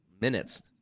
minutes